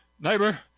Neighbor